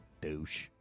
douche